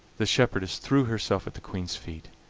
the shepherdess threw herself at the queen's feet,